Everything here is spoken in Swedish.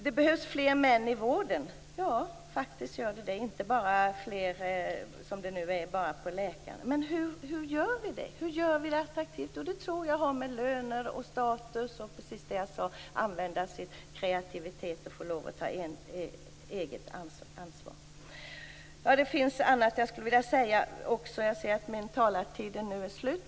Det behövs fler män i vården. De skall inte bara finnas bland läkarna. Hur gör vi vården attraktiv? Det beror på löner, status och möjligheten att få använda sin kreativitet och att ta eget ansvar. Det finns annat jag vill säga. Jag ser att min talartid är slut.